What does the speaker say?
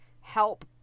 help